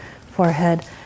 forehead